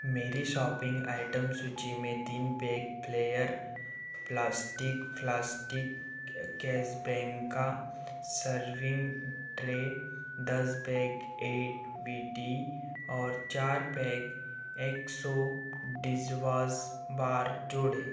मेरी shopping item सूची में तीन पैक फ्लेयर प्लास्टिक प्लास्टिक कैसबैंका सर्विंग ट्रे दस बैग ए वी टी और चार पैक एक्सो डिज़वाज़ बार जोड़ें